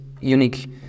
unique